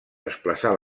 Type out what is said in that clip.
desplaçar